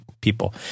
people